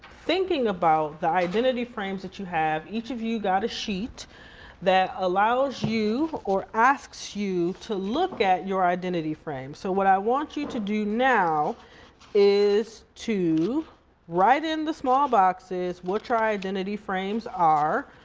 thinking about the identity frames that you have. each of you got a sheet that allows you or asks you to look at your identity frame. so what i want you to do now is to write in the small boxes what your identity frames are.